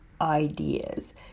ideas